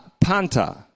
panta